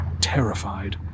terrified